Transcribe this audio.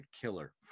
killer